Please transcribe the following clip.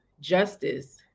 justice